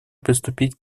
приступить